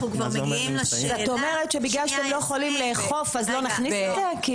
בגלל שאתם לא יכולים לאכוף, אז לא נכניס את זה?